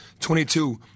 22